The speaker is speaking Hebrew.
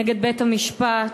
נגד בית-המשפט,